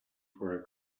for